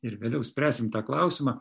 ir vėliau spręsim tą klausimą